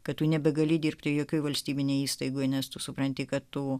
kad tu nebegali dirbti jokioje valstybinėje įstaigoje nes tu supranti kad tu